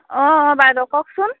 অঁ অঁ বাইদেউ কওকচোন